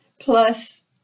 Plus